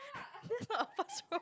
that's not first row